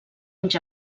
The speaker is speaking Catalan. anys